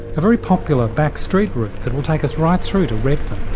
a very popular back street route that will take us right through to redfern.